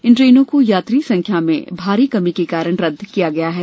इन ट्रेनों को यात्री संख्या में भारी कमी के कारण रदद किया गया है